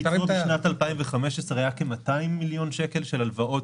בשנת 2015 היה כ-200 מיליון שקל של הלוואות